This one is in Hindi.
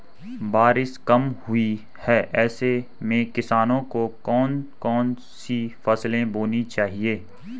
बारिश कम हुई है ऐसे में किसानों को कौन कौन सी फसलें बोनी चाहिए?